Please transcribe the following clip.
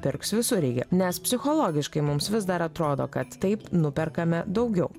pirks visureigį nes psichologiškai mums vis dar atrodo kad taip nuperkame daugiau